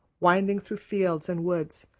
winding through fields and woods,